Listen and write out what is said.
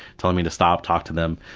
telling me to stop, talk to them,